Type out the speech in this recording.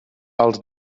els